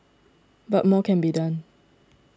but more can be done